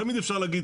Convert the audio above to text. תמיד אפשר להגיד,